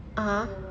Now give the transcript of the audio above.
(uh huh)